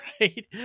right